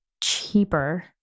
cheaper